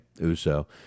Uso